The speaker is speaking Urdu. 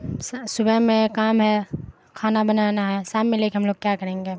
سر صبح میں کام ہے کھانا بنانا ہے سام میں لے کے ہم لوگ کیا کریں گے